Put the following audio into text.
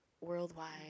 worldwide